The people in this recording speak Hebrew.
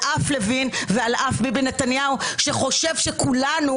על אף לוין ועל אף ביבי נתניהו שחושב שכולנו